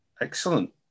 Excellent